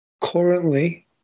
currently